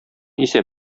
исә